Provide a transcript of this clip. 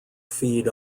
feed